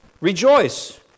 rejoice